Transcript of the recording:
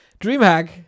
DreamHack